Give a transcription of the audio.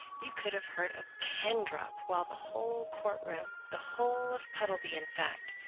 you could have heard a pin drop while the whole court-room, the whole of puddleby in fact,